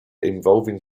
involving